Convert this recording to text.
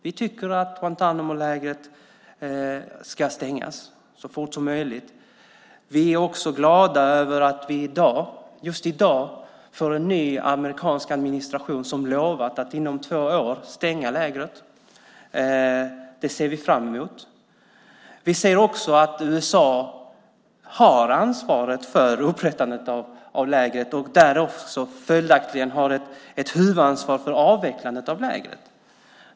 Vi tycker att Guantánamolägret ska stängas så fort som möjligt. Vi är glada över att vi just i dag får en ny amerikansk administration som lovat att inom två år stänga lägret. Det ser vi fram emot. Vi anser att USA har ansvaret för upprättandet av lägret och följaktligen också har huvudansvaret för avvecklandet av det.